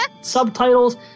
subtitles